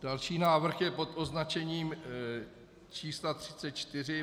Další návrh je pod označením čísla 34.